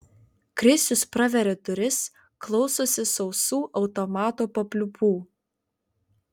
krisius praveria duris klausosi sausų automato papliūpų